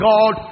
God